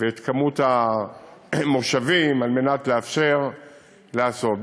ואת מספר המושבים, על מנת לאפשר לעשות זאת.